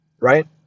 right